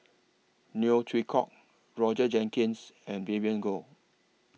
Neo Chwee Kok Roger Jenkins and Vivien Goh